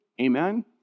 Amen